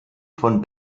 von